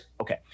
Okay